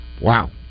Wow